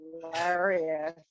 hilarious